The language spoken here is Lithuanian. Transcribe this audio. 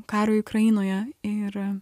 karo ukrainoje ir